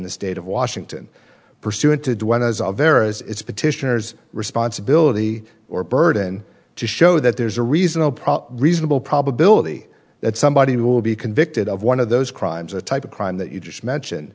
the state of washington pursuant to vera's it's petitioners responsibility or burden to show that there's a reason oprah reasonable probability that somebody will be convicted of one of those crimes a type of crime that you just mentioned